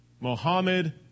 Mohammed